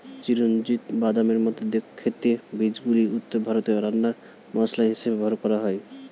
চিরঞ্জিত বাদামের মত খেতে বীজগুলি উত্তর ভারতে রান্নার মসলা হিসেবে ব্যবহার হয়